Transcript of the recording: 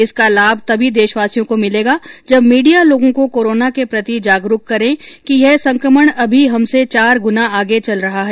इसका लाभ तभी देशवासियों को मिलेगा जब मीडिया लोगों को कोरोना के प्रति जागरूक करें कि यह संक्रमण अभी हमसे चार गुना आगे चल रहा है